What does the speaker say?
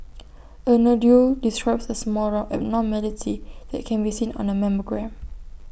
A nodule describes A small round abnormality that can be seen on A mammogram